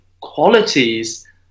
qualities